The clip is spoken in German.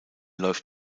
läuft